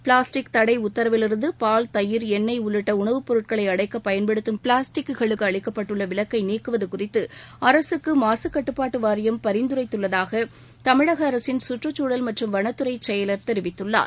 plastic தடை உத்தரவிலிருந்து பால் தயிர் எண்ணெய் உள்ளிட்ட உணவுப் பொருட்களை அடைக்க பயன்படுத்தும் பிளாஸ்டிக்குக்கு அளிக்கப்பட்டுள்ள விலக்கை நீக்குவது குறித்து அரசுக்கு மாசுக்கட்டுப்பாட்டு வாரியம் பரிந்துரைத்துள்ளதாக தமிழக அரசின் சுற்றுச்சூழல் மற்றும் வனத்துறை செயலர் தெரிவித்தார்